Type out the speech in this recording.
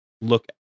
look